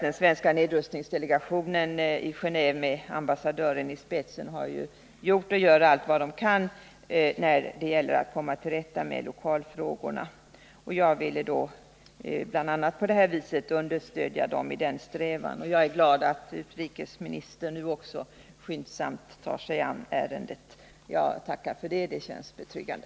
Den svenska nedrustningsdelegationen i Genåve med ambassadören i spetsen har gjort och gör allt vad de kan när det gäller att komma till rätta med lokalfrågorna, och jag ville bl.a. med min fråga här i kammaren understödja dem i denna strävan. Jag är glad att utrikesministern nu skyndsamt tar sig an ärendet, och jag tackar för det. Det känns betryggande.